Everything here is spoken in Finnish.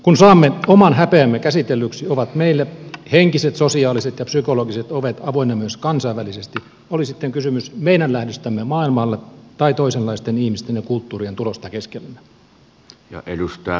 kun saamme oman häpeämme käsitellyksi ovat meille henkiset sosiaaliset ja psykologiset ovet avoinna myös kansainvälisesti oli sitten kysymys meidän lähdöstämme maailmalle tai toisenlaisten ihmisten ja kulttuurien tulosta keskellemme